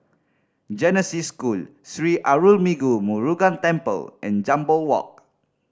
Genesis School Sri Arulmigu Murugan Temple and Jambol Walk